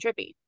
trippy